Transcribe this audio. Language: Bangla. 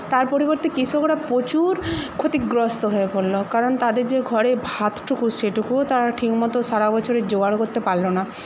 তার পরিবর্তে কৃষকরা প্রচুর ক্ষতিগ্রস্ত হয়ে পড়ল কারণ তাদের যে ঘরে ভাতটুকু সেটুকুও তারা ঠিকমতো সারা বছরের জোগাড় করতে পারলো না